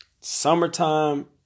Summertime